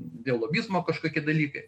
dėl lobizmo kažkokie dalykai